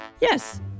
Yes